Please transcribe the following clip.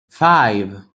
five